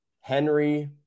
Henry